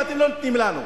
ואתם לא נותנים לנו,